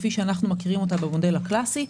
כפי שאנחנו מכירים אותה במודל הקלאסי,